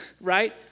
right